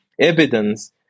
evidence